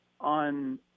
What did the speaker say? on